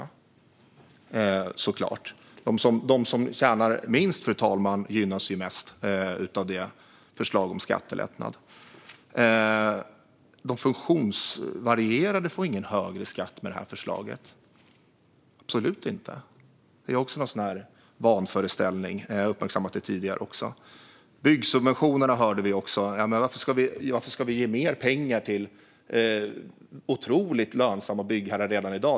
De som tjänar minst, fru talman, gynnas mest av förslaget om skattelättnad. De funktionsvarierade får ingen högre skatt med förslaget, absolut inte. Det är en vanföreställning, och jag har uppmärksammat det tidigare också. Vi hörde även om byggsubventioner. Varför ska vi ge mer pengar till byggherrar som är otroligt lönsamma redan i dag?